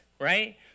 right